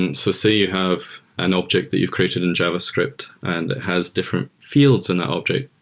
and so say you have an object that you've created in javascript and it has different fi elds in that object,